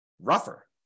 rougher